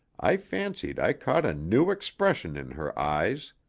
i fancied i caught a new expression in her eyes.